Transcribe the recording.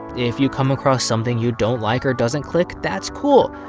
if you come across something you don't like or doesn't click, that's cool.